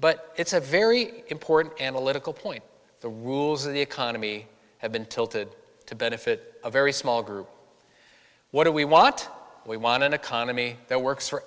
but it's a very important analytical point the rules of the economy have been tilted to benefit a very small group what do we want we want an economy that works for